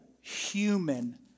human